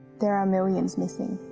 there are millions missing.